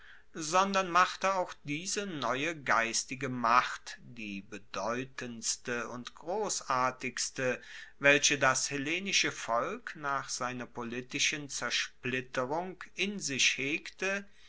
sondern machte auch diese neue geistige macht die bedeutendste und grossartigste welche das hellenische volk nach seiner politischen zersplitterung in sich hegte